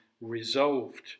resolved